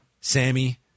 Sammy